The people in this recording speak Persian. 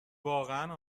واقعا